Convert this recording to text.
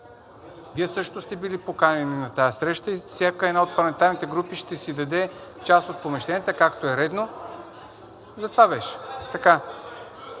Вие също сте били поканени на тази среща и всяка една от парламентарните групи ще си даде част от помещенията, както е редно. За това беше.